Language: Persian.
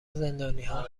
زندانیها